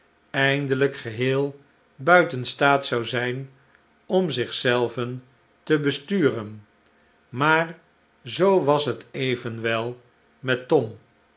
eindelijk geheel buiten staat zou zijn om zich zelven te besturen maar zoo was het evenwel met tom